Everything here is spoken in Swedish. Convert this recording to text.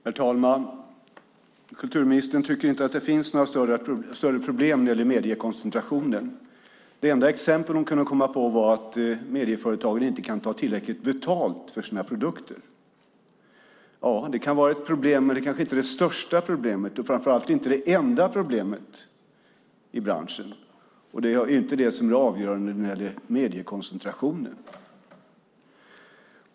Herr talman! Kulturministern tycker inte att det finns några större problem när det gäller mediekoncentrationen. Det enda exempel hon kunde komma på var att medieföretagen inte kan ta tillräckligt betalt för sina produkter. Ja, det kan vara ett problem, men det kanske inte är det största problemet. Framför allt är det inte det enda problemet i branschen, och det är inte det som är det avgörande när det gäller mediekoncentrationen.